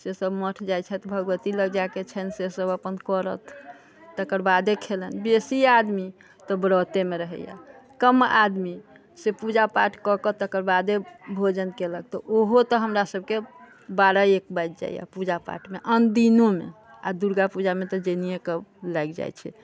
से सभ मठ जाइ छथि भगवती लग जाइके छनि से सभ अपन करथि तेकर बादे खेलनि बेसी आदमी तऽ व्रतेमे रहैया कम आदमी से पूजा पाठ कर कऽ तेकर बादे भोजन केलक तऽ ओहो तऽ हमरा सभके बारह एक बाजि जाइयै पूजा पाठमे अन्दिनोमे आ दुर्गा पूजामे तऽ जानियैके लागि जाइ छै